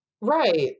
right